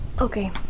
Okay